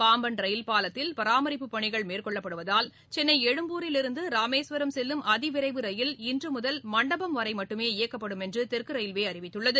Pamban rail பாலத்தில் பராமரிப்புப் பணிகள் மேற்கொள்ளப்படுவதால் சென்னை எழும்பூரில் இருந்து ராமேஸ்வரம் செல்லும் அதிவிரைவு ரயில் இன்று முதல் மண்டபம் வரை மட்டுமே இயக்கப்படுமென தெற்கு ரயில்வே அறிவித்துள்ளது